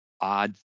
odd